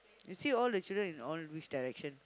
you see all the children in all which direction